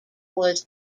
was